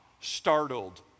startled